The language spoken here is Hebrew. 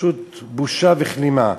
פשוט בושה וכלימה.